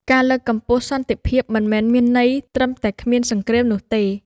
ការលើកកម្ពស់សន្តិភាពមិនមែនមានន័យត្រឹមតែគ្មានសង្គ្រាមនោះទេ។